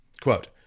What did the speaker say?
quote